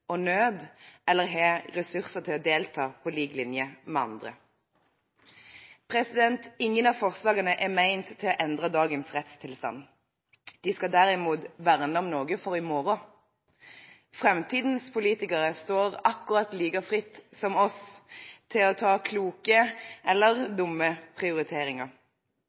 og nød, eller har ressurser til å delta på lik linje med andre. Ingen av forslagene er ment å endre dagens rettstilstand. De skal derimot verne om noe for i morgen. Framtidens politikere står akkurat like fritt som oss til å ta kloke eller dumme prioriteringer.